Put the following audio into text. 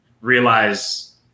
realize